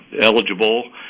eligible